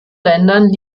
ländern